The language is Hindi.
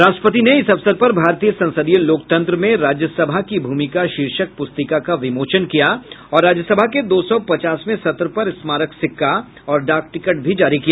राष्ट्रपति ने इस अवसर पर भारतीय संसदीय लोकतंत्र में राज्यसभा की भूमिका शीर्षक पुस्तिका का विमोचन किया और राज्यसभा के दो सौ पचासवें सत्र पर स्मारक सिक्का और डाक टिकट भी जारी किया